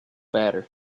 better